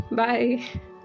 bye